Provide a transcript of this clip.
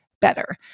better